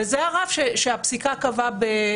וזה הרף שהשופט עמית קבע.